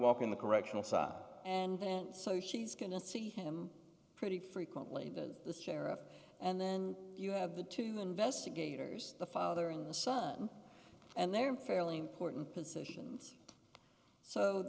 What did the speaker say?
walk in the correctional side and then so she's going to see him pretty frequently the sheriff and then you have the two the investigators the father and the son and they're fairly important positions so